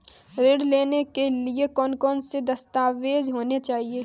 ऋण लेने के लिए कौन कौन से दस्तावेज होने चाहिए?